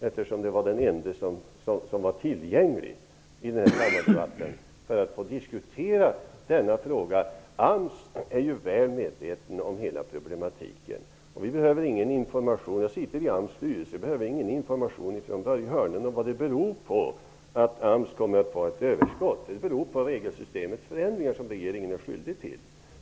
Han är ju den ende som är tillgänglig i denna kammardebatt för diskussion i frågan. AMS är väl medveten om hela problematiken. Jag sitter själv med i AMS styrelse. Jag behöver ingen information från Börje Hörnlund om vad AMS överskott beror på. Det beror på regelsystemets förändringar, som regeringen är skyldig till.